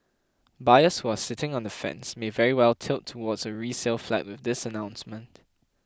buyers who are sitting on the fence may very well tilt towards a resale flat with this announcement